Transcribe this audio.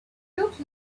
looked